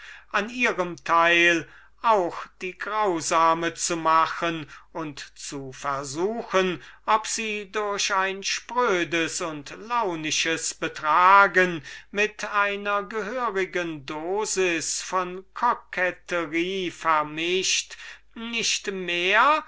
an ihrem teil auch die grausame zu machen und zu versuchen ob sie durch ein sprödes und läunisches betragen mit einer gehörigen dosi von koketterie vermischt nicht mehr